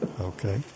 Okay